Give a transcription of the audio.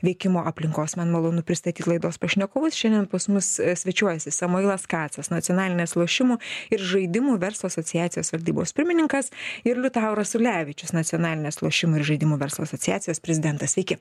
veikimo aplinkos man malonu pristatyt laidos pašnekovus šiandien pas mus svečiuojasi samoilas kacas nacionalinės lošimų ir žaidimų verslo asociacijos valdybos pirmininkas ir liutauras ulevičius nacionalinės lošimų ir žaidimų verslo asociacijos prezidentas sveiki